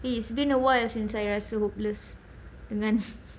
it's been awhile since I rasa hopeless dengan